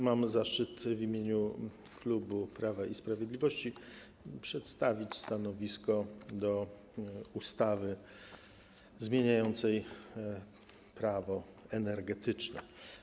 Mam zaszczyt w imieniu klubu Prawa i Sprawiedliwości przedstawić stanowisko wobec ustawy zmieniającej ustawę - Prawo energetyczne.